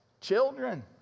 Children